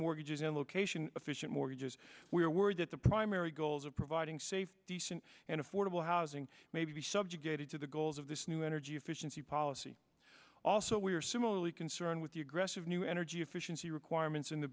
mortgages in location efficient mortgages we are worried that the primary goals of providing safe decent and affordable housing may be subjugated to the goals of this new energy efficiency policy also we are similarly concerned with the aggressive new energy efficiency requirements in the